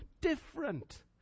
different